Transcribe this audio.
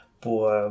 pour